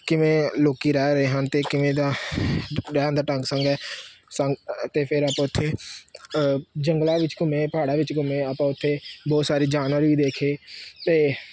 ਕਿਵੇਂ ਲੋਕ ਰਹਿ ਰਹੇ ਹਨ ਅਤੇ ਕਿਵੇਂ ਦਾ ਰਹਿਣ ਦਾ ਢੰਗ ਸੰਗ ਹੈ ਸੰਗ ਅਤੇ ਫਿਰ ਆਪਾਂ ਉੱਥੇ ਜੰਗਲਾਂ ਵਿੱਚ ਘੁੰਮੇ ਪਹਾੜਾਂ ਵਿੱਚ ਘੁੰਮੇ ਆਪਾਂ ਉੱਥੇ ਬਹੁਤ ਸਾਰੇ ਜਾਨਵਰ ਵੀ ਦੇਖੇ ਅਤੇ